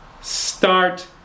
start